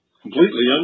completely